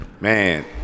Man